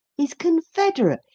his confederate,